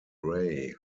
ray